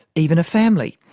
even a family.